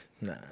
Nah